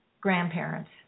grandparents